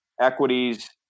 equities